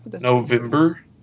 November